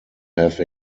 have